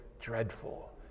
Dreadful